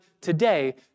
today